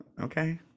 okay